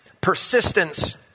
persistence